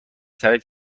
تعریف